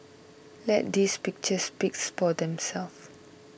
let these pictures speaks for themselves